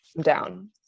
down